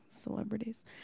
celebrities